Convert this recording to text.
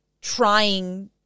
trying –